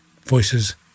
Voices